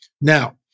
Now